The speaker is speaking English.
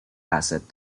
asset